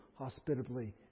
hospitably